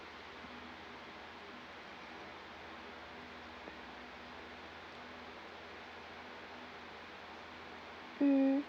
mm